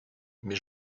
mais